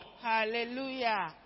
Hallelujah